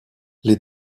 les